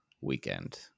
weekend